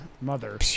Mother